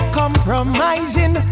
compromising